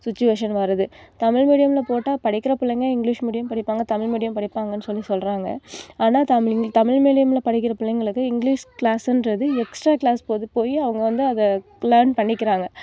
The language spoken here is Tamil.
சுச்சிவேஷன் வருது தமிழ் மீடியம்ல போட்டால் படிக்கிற பிள்ளைங்க இங்கிலிஷ் மீடியம் படிப்பாங்க தமிழ் மீடியம் படிப்பாங்கன்னு சொல்லி சொல்கிறாங்க ஆனால் தமிழ் மீடியம்ல படிக்கிற பிள்ளைங்களுக்கு இங்கிலிஷ் கிளாஸ்ன்றது எக்ஸ்ட்ரா போகும் போய் அவங்க வந்து அதை லேர்ன் பண்ணிக்கிறாங்க